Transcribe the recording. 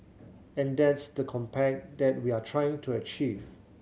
and that's the compact that we're trying to achieve